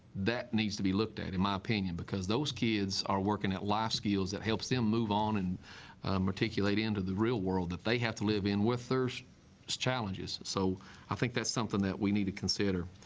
that needs to be looked at in my opinion because those kids are working at life skills that helps them move on and articulate into the real world that they have to live in with thirst challenges so i think that's something that we need to consider